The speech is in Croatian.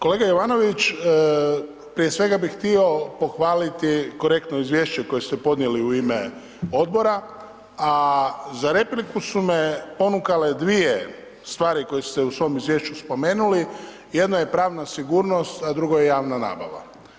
Kolega Jovanović, prije svega bih htio pohvaliti korektno izvješće koje ste podnijeli u ime odbora, a za repliku su me ponukale dvije stvari koje ste u svom izvješću spomenuli, jedno je pravna sigurnost, a drugo je javna nabava.